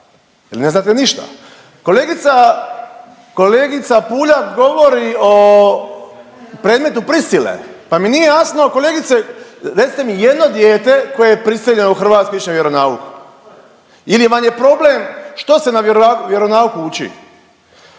ne znate ništa. Kolegica, kolegica Puljak govori o predmetu prisile, pa mi nije jasno, kolegice, recite mi jedno dijete koje je prisiljeno ići na vjeronauk ili vam je problem što se na vjeronauku uči?